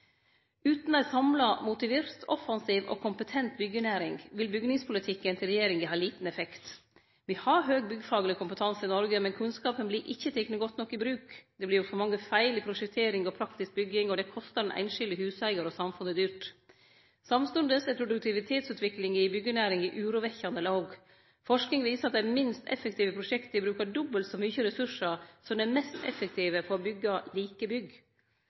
Utan ei samla, motivert, offensiv og kompetent byggjenæring vil bygningspolitikken til regjeringa ha liten effekt. Me har høg byggfagleg kompetanse i Noreg, men kunnskapane vert ikkje tekne godt nok i bruk. Det vert gjort for mange feil i prosjektering og praktisk bygging. Dette kostar den einskilde huseigar og samfunnet dyrt. Samstundes er produktivitetsutviklinga i byggjenæringa urovekkjande låg. Forsking viser at dei minst effektive prosjekta bruker dobbelt så mykje ressursar som dei mest effektive på å byggje like bygg. Auka kompetanse er naudsynt for å